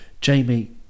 Jamie